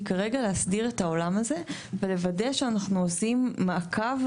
כרגע להסדיר את העולם הזה ולוודא שאנחנו עושים מעקב,